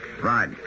Right